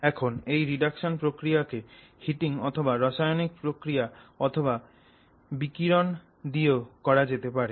এখন এই রিডাকশন প্রক্রিয়াকে হিটিং অথবা রাসায়নিক প্রক্রিয়া অথবা বিকিরণ দিয়েও করা যেতে পারে